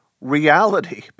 reality